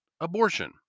abortion